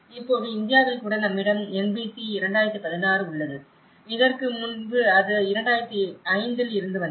இப்போது இந்தியாவில் கூட நம்மிடம் NBC 2016 உள்ளது இதற்கு முன்பு அது 2005ல் இருந்து வந்தது